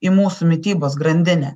į mūsų mitybos grandinę